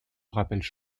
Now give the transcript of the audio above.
rappellent